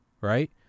right